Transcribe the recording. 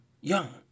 young